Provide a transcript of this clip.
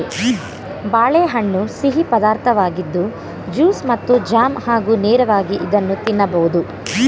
ಬಾಳೆಹಣ್ಣು ಸಿಹಿ ಪದಾರ್ಥವಾಗಿದ್ದು ಜ್ಯೂಸ್ ಮತ್ತು ಜಾಮ್ ಹಾಗೂ ನೇರವಾಗಿ ಇದನ್ನು ತಿನ್ನಬೋದು